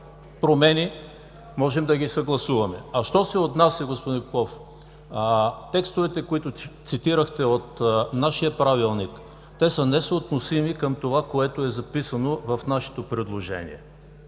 промени, може да ги съгласуваме. А що се отнася, господин Попов, до текстовете, които цитирахте от нашия Правилник, те са несъотносими към това, което е записано в нашето предложение.